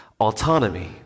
autonomy